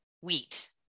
wheat